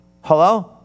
hello